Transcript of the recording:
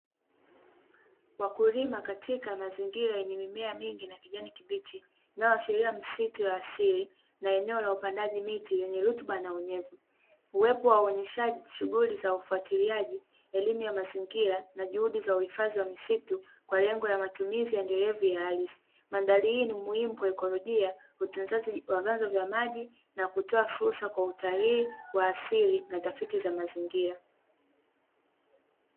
Wakulima katika mazingira yenye mimea mingi na kijani kibichi inayo ashiria misitu ya asili na eneo la upandaji miti lenye rutuba na unyevu. Uwepo wa uonyeshaji shughuli za ufuatiliaji elimu ya mazingira na juhudi za uhifadhi wa misitu kwa lengo la matumizi endelevu ya halisi . Mandhari hii ni muhimu kwa ikolojia utunzaji wa vyanzo vya maji na kutoa fursa kwa utalii wa asili na tafiti za mazingira .